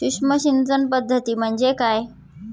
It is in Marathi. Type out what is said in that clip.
सूक्ष्म सिंचन पद्धती म्हणजे काय?